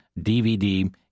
DVD